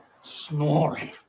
snoring